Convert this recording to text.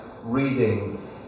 reading